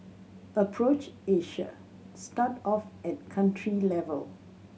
approach Asia start off at country level